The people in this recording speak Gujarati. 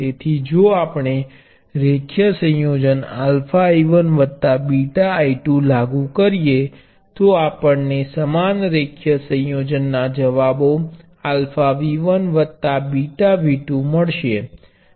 તેથી જો આપણે રેખીય સંયોજન αI1 βI 2 લાગુ કરીએ તો આપણને સમાન રેખીય સંયોજનના જવાબો α V1 β V2 મળશે